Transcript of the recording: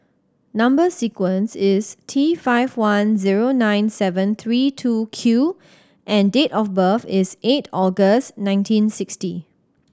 number sequence is T five one zero nine seven three two Q and date of birth is eight August nineteen sixty